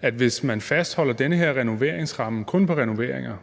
at hvis man fastholder den her renoveringsramme, kun på renoveringer,